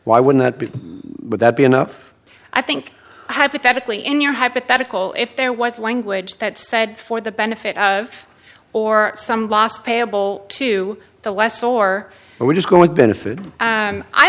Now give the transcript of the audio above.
why would that be but that be enough i think hypothetically in your hypothetical if there was language that said for the benefit of or some last payable to the less or we're just going to benefit